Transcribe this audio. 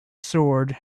sword